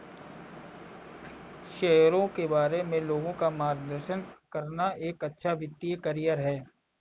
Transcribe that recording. शेयरों के बारे में लोगों का मार्गदर्शन करना एक अच्छा वित्तीय करियर है